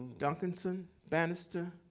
duncanson, bannister,